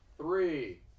three